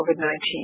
COVID-19